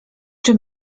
czy